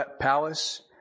palace